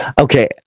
Okay